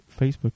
Facebook